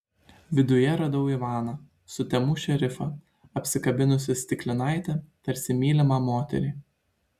viduje radau ivaną sutemų šerifą apsikabinusį stiklinaitę tarsi mylimą moterį